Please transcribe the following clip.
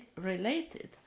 related